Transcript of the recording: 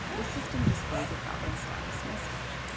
the system displays a valid status message.